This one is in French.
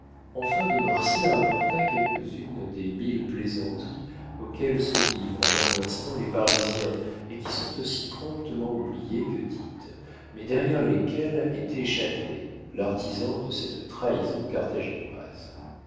enfin de marsay rapporta quelques-unes des mille plaisanteries auxquelles se livrent en un instant les parisiens et qui sont aussi promptement oubliées que dites mais derrière lesquelles était châtelet l'artisan de cette trahison carthaginoise